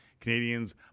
Canadians